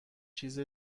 چیز